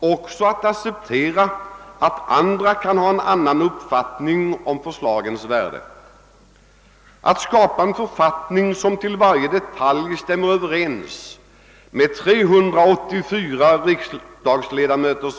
också att acceptera att andra inte har samma uppfattning om förslagens värde. Att åstadkomma en författning som i varje detalj stämmer överens med 384 riksdagsledamöters.